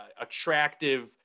attractive